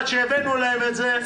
עד שהבאנו להם את זה,